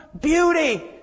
beauty